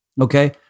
Okay